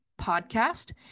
podcast